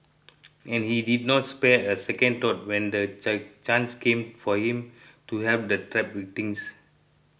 and he did not spare a second thought when the chance came for him to help the trapped victims